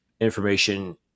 information